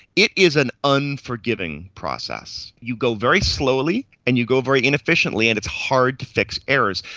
it is an unforgiving process. you go very slowly and you go very inefficiently and it's hard to fix errors.